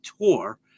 tour